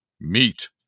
Meet